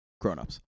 Grown-ups